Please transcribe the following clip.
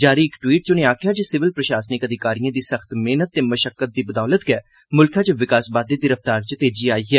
जारी इक टवीट च उने आक्खेया जे सिविल प्रशासनिक अधिकारियें दी सख्त मेहनत ते मशक्कत दी बदोलत गै मुल्खै च विकास बाद्दे दी रफ्तार च तेजी आई ऐ